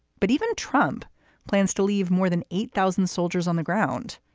but even trump plans to leave more than eight thousand soldiers on the ground.